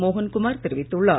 மோகன்குமார் தெரிவித்துள்ளார்